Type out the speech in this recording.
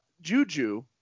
Juju